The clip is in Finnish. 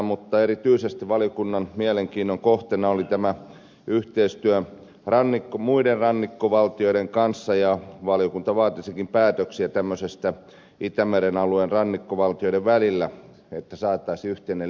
mutta erityisesti valiokunnan mielenkiinnon kohteena oli tämä yhteistyö muiden rannikkovaltioiden kanssa ja valiokunta vaatisikin päätöksiä tämmöisestä itämeren alueen rannikkovaltioiden välillä että saataisiin yhteinen linjanveto